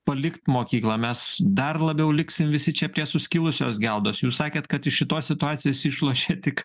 palikt mokyklą mes dar labiau liksim visi čia prie suskilusios geldos jūs sakėt kad iš šitos situacijos išlošia tik